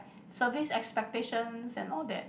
service expectations and all that